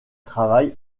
travaille